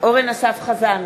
אורן אסף חזן,